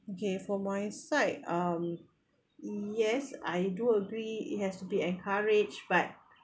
okay for my side um yes I do agree it has to be encouraged but